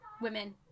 women